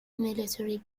military